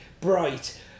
bright